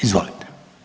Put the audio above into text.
Izvolite.